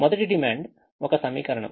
మొదటి డిమాండ్ ఒక సమీకరణం